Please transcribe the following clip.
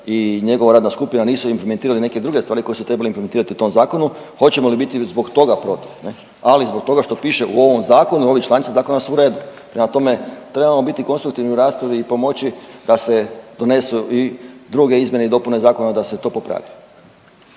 i njegova radna skupina nisu implementirali neke druge stvari koje su trebali implementirati u tom zakonu, hoćemo li biti zbog toga protiv ne, ali zbog toga što piše u ovom zakonu, ovi članci zakona su u redu, prema tome trebamo biti konstruktivni u raspravi i pomoći da se donesu i druge izmjene i dopune zakona da se to popravi.